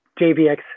JVX